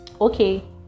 okay